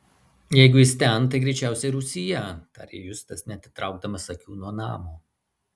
jeigu jis ten tai greičiausiai rūsyje tarė justas neatitraukdamas akių nuo namo